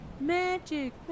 Magic